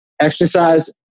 exercise